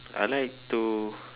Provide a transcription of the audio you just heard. I like to